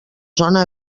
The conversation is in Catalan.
zona